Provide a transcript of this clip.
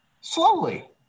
slowly